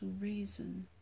reason